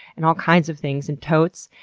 and all kinds of things, and totes.